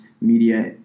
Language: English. media